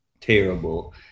terrible